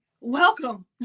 welcome